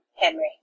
Henry